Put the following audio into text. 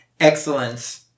excellence